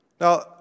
Now